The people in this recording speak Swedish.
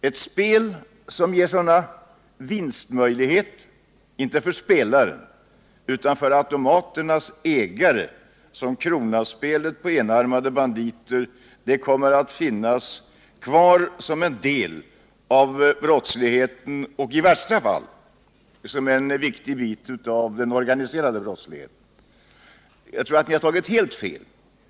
Ett spel som ger sådana vinstmöjligheter — inte för spelaren utan för automaternas ägare — som kronaspelet på enarmade banditer, kommer att finnas kvar som en del av brottsligheten och i värsta fall som en viktig del av den organiserade brottsligheten. Jag tror att ni har tagit helt fel.